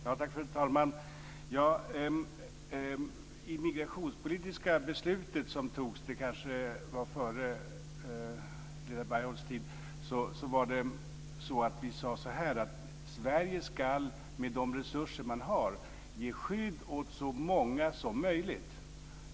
Fru talman! I det immigrationspolitiska beslut som fattades - det kanske var före Helena Bargholtz tid - sade vi att Sverige med de resurser landet har ska ge skydd åt så många som möjligt.